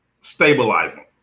stabilizing